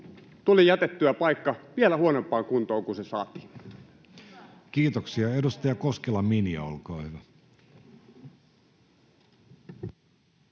tuli jätettyä paikka vielä huonompaan kuntoon kuin millaisena se saatiin? Kiitoksia. — Edustaja Koskela, Minja, olkaa hyvä.